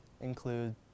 include